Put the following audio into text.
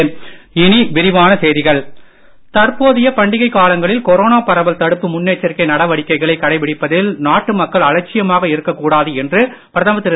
பிரதமர் தற்போதைய பண்டிகை காலங்களில் கொரோனா பரவல் தடுப்பு முன் எச்சரிக்கை நடவடிக்கைகளை கடைபிடிப்பதில் நாட்டு மக்கள் அலட்சியமாக இருக்க கூடாது என்று பிரதமர் திரு